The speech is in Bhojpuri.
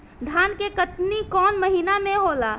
धान के कटनी कौन महीना में होला?